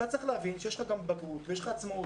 אתה צריך להבין שיש לך גם בגרות ויש לך עצמאות